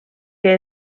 que